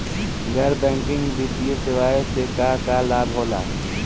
गैर बैंकिंग वित्तीय सेवाएं से का का लाभ होला?